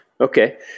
Okay